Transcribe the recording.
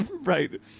Right